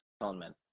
atonement